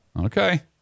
okay